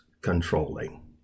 controlling